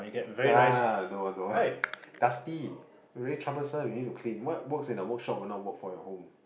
ya don't want don't want dusty really troublesome you need to clean what work for the workshop will not work for your home